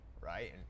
right